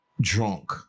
Drunk